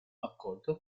accolto